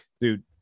Dude